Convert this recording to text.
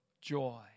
joy